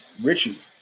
Richie